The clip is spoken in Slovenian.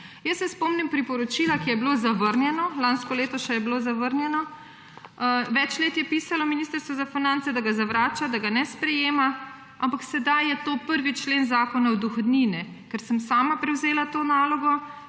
Jaz se spomnim priporočila, ki je bilo zavrnjeno, lansko leto je še bilo zavrnjeno. Več let je pisalo Ministrstvo za finance, da ga zavrača, da ga ne sprejema, ampak sedaj je to 1. člen Zakona o dohodnini, ker sem sama prevzela to nalogo,